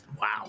Wow